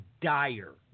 dire